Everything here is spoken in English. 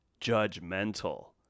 judgmental